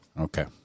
Okay